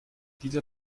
dieser